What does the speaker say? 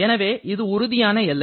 எனவே இது உறுதியான எல்லை